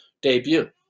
debut